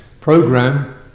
Program